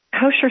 kosher